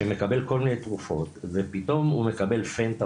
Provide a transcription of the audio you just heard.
שמקבל כל מיני תרופות ופתאום הוא מקבל FENTA,